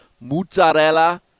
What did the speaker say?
mozzarella